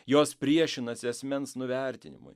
jos priešinasi asmens nuvertinimui